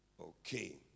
Okay